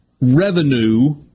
revenue